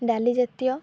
ଡାଲି ଜାତୀୟ